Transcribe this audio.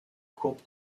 courbe